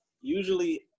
usually